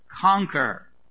conquer